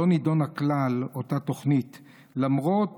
לא נדונה כלל אותה תוכנית למרות